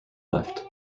left